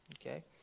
Okay